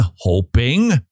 hoping